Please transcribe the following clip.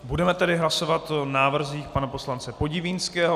Budeme tedy hlasovat o návrzích pana poslance Podivínského.